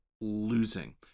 Losing